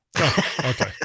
okay